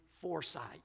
foresight